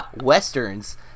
westerns